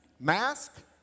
Mask